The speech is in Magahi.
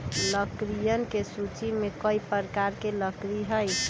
लकड़ियन के सूची में कई प्रकार के लकड़ी हई